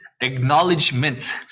acknowledgement